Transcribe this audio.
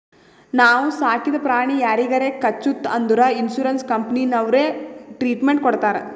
ನಾವು ಸಾಕಿದ ಪ್ರಾಣಿ ಯಾರಿಗಾರೆ ಕಚ್ಚುತ್ ಅಂದುರ್ ಇನ್ಸೂರೆನ್ಸ್ ಕಂಪನಿನವ್ರೆ ಟ್ರೀಟ್ಮೆಂಟ್ ಕೊಡ್ತಾರ್